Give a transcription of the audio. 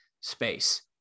space